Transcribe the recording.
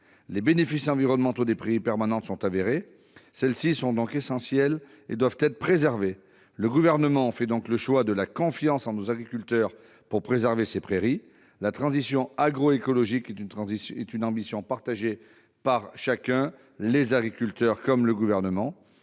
Les bénéfices environnementaux des prairies permanentes sont avérés. Celles-ci sont donc essentielles et doivent être préservées. Le Gouvernement a choisi de faire confiance à nos agriculteurs pour préserver ces prairies. La transition agro-écologique est une ambition partagée par chacun, les agriculteurs comme le Gouvernement.